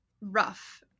rough